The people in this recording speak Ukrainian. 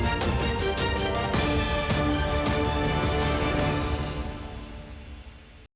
Дякую.